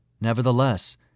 Nevertheless